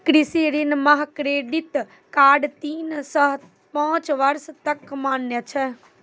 कृषि ऋण मह क्रेडित कार्ड तीन सह पाँच बर्ष तक मान्य छै